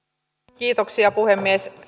kiitoksia puhemies